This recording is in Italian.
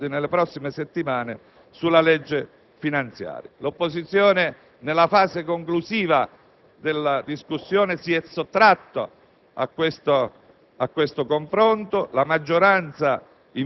con la discussione che effettueremo nelle prossime settimane sulla legge finanziaria. L'opposizione, nella fase conclusiva della discussione, si è sottratta